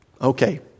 Okay